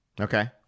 Okay